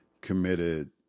committed